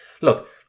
look